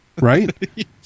right